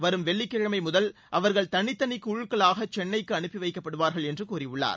வரும் வெள்ளிக்கிழமை முதல் அவர்கள் தனித்தனி குழுக்களாக சென்ளைக்கு அனுப்பி வைக்கப்படுவார்கள் என்று கூறியுள்ளார்